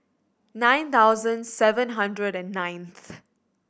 nine thousand seven hundred and ninth